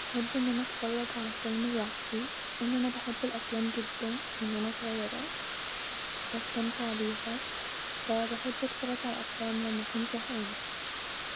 احب ان انا اتفرج علي فيلم لوحدي-لان انا بحب الافلام جدا من وانا صغيره-بستمتع بيها-فا بحب اتفرج علي افلام لما اكون زهقانه